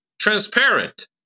transparent